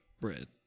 bread